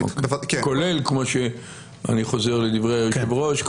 אני חוזר על דברי היושב-ראש,